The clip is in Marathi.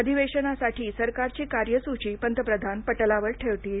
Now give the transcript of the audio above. अधिवेशनासाठी सरकारची कार्यसूची पंतप्रधान पटलावर ठेवतील